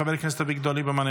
חבר הכנסת אביגדור ליברמן,